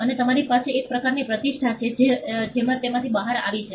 અને તમારી પાસે એક પ્રકારની પ્રતિષ્ઠા છે જે તેમાંથી બહાર આવી છે